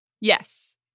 Yes